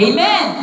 Amen